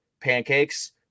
pancakes